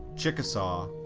chickasaw,